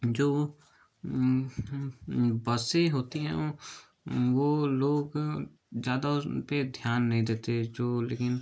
जो बसें होती हैं वो लोग ज़्यादा उनपे ध्यान नहीं देते जो लेकिन